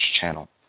channel